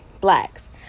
blacks